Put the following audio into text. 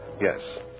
Yes